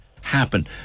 happen